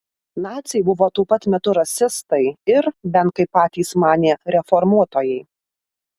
naciai buvo tuo pat metu rasistai ir bent kaip patys manė reformuotojai